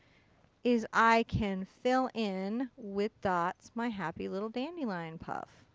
is i can fill in with dots my happy little dandelion puff.